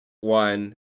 one